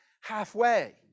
halfway